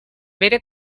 bere